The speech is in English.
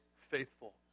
faithful